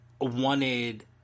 wanted